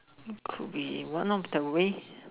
could be one of the ways